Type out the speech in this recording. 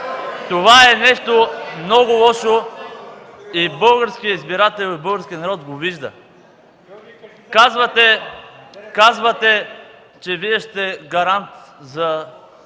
Това е нещо много лошо и българският избирател, българският народ го вижда. Казвате, че Вие сте гарант да